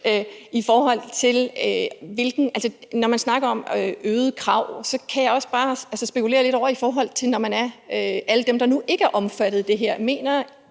ordfører. Altså, når man snakker om øgede krav, kan jeg også bare spekulere lidt over det i forhold til alle dem, der nu ikke er omfattet af det her. Mener